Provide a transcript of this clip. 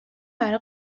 برای